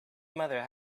mother